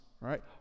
right